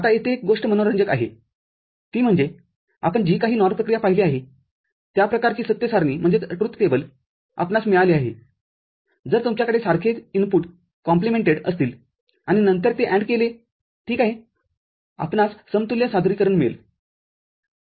आतायेथे एक गोष्ट मनोरंजक आहे ती म्हणजे आपण जी काही NOR प्रक्रिया पाहिली आहे त्या प्रकारची सत्य सारणी आपणास मिळाली आहे जर तुमच्याकडे सारखे इनपुट कॉम्प्लिमेंटेड असतील आणि नंतर ते AND केले ठीक आहे आपणास समतुल्य सादरीकरण मिळेल